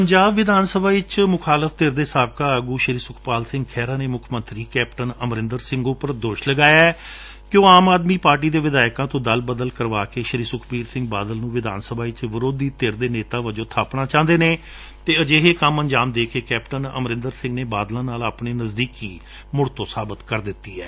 ਪੰਜਾਬ ਵਿਧਾਨਸਭਾ ਵਿੱਚ ਮੁਖਾਲਫ ਧਿਰ ਦੇ ਸਾਬਕਾ ਆਗੁ ਸ਼ੀ ਸੁਖਪਾਲ ਸਿੰਘ ਖੇਹਰਾ ਨੇ ਮੁੱਖ ਮੰਤਰੀ ਕੈਪਟਨ ਅਮਰਿੰਦਰ ਸਿੰਘ ਉਂਪਰ ਦੋਸ਼ ਲਗਾਇਐ ਕਿ ਉਹ ਆਮ ਆਦਮੀ ਪਾਰਟੀ ਦੇ ਵਿਧਾਇਕਾਂ ਤੋ ਦਲ ਬਦਲ ਕਰਵਾ ਕੇ ਸ਼ੂੀ ਸੁਖਬੀਰ ਸਿੰਘ ਬਾਦਲ ਨੁੰ ਵਿਧਾਨਸਭਾ ਵਿੱਚ ਵਿਰੋਧੀ ਨੇਤਾ ਵਜੱ ਬਾਪਨਾ ਚਾਹੁੰਦੇ ਨੇ ਅਤੇ ਅਜਿਹੇ ਕੰਮ ਨੁੰ ਅੰਜਾਮ ਦੇਕੇ ਕੈਪਟਨ ਅਮਰਿੰਦਰ ਸਿੰਘ ਨੇ ਬਾਦਲਾਂ ਨਾਲ ਆਪਣੀ ਨਜਦੀਕੀ ਸਾਬਤ ਕਰ ਦਿੱਤੀ ਹੈ